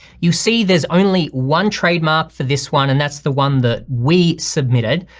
you see there's only one trademark for this one and that's the one that we submitted.